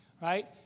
right